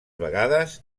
vegades